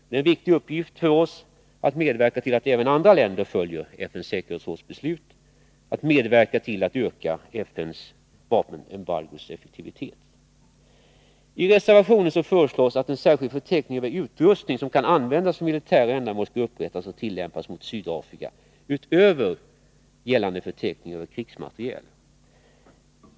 Det är en viktig uppgift att medverka till att även andra länder följer FN:s säkerhetsråds beslut att medverka till att öka FN:s vapenembargos effektivitet. I reservationen föreslås att en särskild förteckning över utrustning som kan användas för militära ändamål skall upprättas och tillämpas mot Sydafrika, utöver gällande förteckning över krigsmateriel.